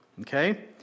Okay